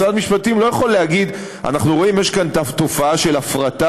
משרד המשפטים לא יכול להגיד: אנחנו רואים שיש כאן תופעה של הפרטה,